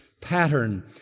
pattern